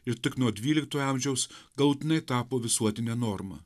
ir tik nuo dvyliktojo amžiaus galutinai tapo visuotine norma